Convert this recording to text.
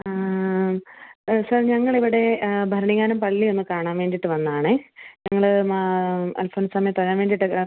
ആ സാർ ഞങ്ങളിവിടെ ഭരണങ്ങാനം പള്ളി ഒന്ന് കാണാന് വേണ്ടിയിട്ട് വന്നതാണെ ഞങ്ങള് മാ അൽഫോൻസാമ്മയെ തൊഴാൻ വേണ്ടിയിട്ട് ആ